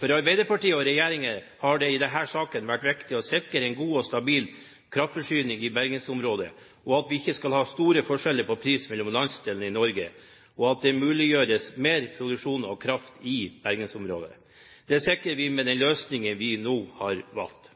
For Arbeiderpartiet og regjeringen har det i denne saken vært viktig å sikre en god og stabil kraftforsyning i bergensområdet, at vi ikke skal ha store forskjeller på pris mellom landsdelene i Norge, og at en muliggjør mer produksjon av kraft i bergensområdet. Det sikrer vi med den løsningen vi nå har valgt.